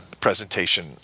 presentation